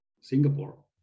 Singapore